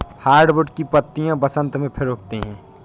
hardwood की पत्तियां बसन्त में फिर उगती हैं